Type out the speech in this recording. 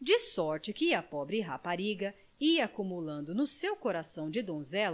de sorte que a pobre rapariga ia acumulando no seu coração de donzela